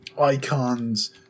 icons